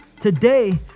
today